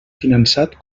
finançat